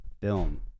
film